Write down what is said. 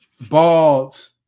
Bald